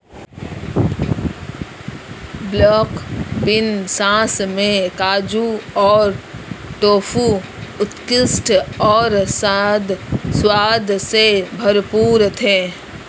black bean sauce में काजू और टोफू उत्कृष्ट और स्वाद से भरपूर थे